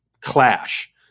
clash